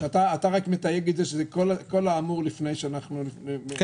אתה רק מתייג את זה שכל האמור לפני ש --- כן,